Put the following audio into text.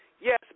Yes